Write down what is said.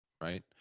right